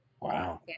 Wow